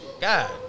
God